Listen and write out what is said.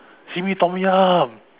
simi tom-yum